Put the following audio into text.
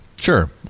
Sure